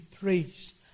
praise